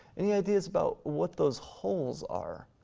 any ideas about what those holes are?